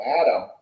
Adam